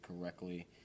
correctly